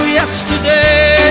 yesterday